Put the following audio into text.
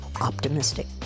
optimistic